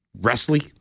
wrestling